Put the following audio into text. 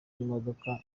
bw’imodoka